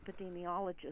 epidemiologist